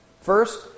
First